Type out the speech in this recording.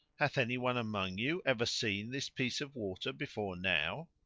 hath any one among you ever seen this piece of water before now?